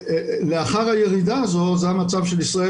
לאחר הירידה הזו זה המצב של ישראל